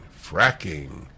fracking